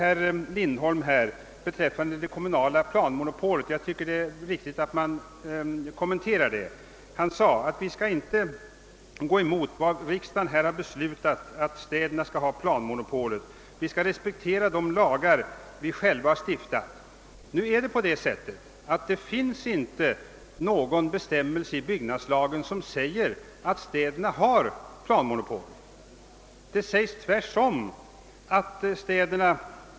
Herr Lindholm nämnde sedan det kommunala planmonopolet, och jag tycker att det är riktigt att man kommenterar detta. Han sade att man inte bör gå emot riksdagsbeslutet att städerna skall ha planmonopol; vi skall respektera de lagar vi själva har stiftat. Nu är det dock på det sättet att det inte finns någon bestämmelse i byggnadslagen som säger att städerna har planmonopol, utan det sägs tvärtom.